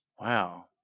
Wow